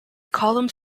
called